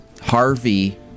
Harvey